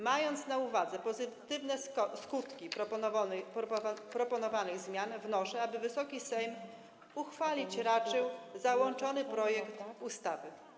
Mając na uwadze pozytywne skutki proponowanych zmian, wnoszę, aby Wysoki Sejm uchwalić raczył załączony projekt ustawy.